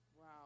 Wow